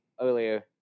earlier